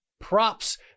Props